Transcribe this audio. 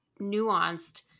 nuanced